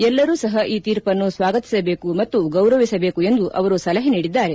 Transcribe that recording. ಎಲ್ಲರೂ ಸಹ ಈ ತೀರ್ಪನ್ನು ಸ್ನಾಗತಿಸಬೇಕು ಮತ್ತು ಗೌರವಿಸಬೇಕು ಎಂದು ಅವರು ಸಲಹೆ ನೀಡಿದ್ದಾರೆ